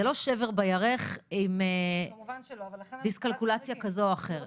זה לא שבר בירך עם דיס קלקולציה כזו או אחרת.